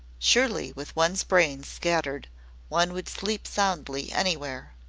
surely with one's brains scattered one would sleep soundly anywhere.